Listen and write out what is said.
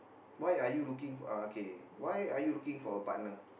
why are you looking uh okay why are you looking for a partner